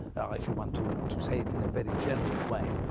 if you want to to say it in a very general way.